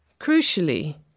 Crucially